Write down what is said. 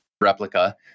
replica